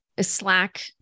Slack